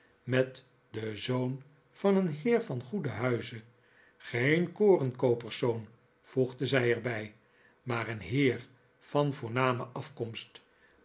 met den zoon van een heer van goeden huize geen korenkooperszoon voegde zij er bij maar een heer van voorname afkomst